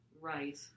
Right